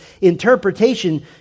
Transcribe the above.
interpretation